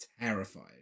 terrified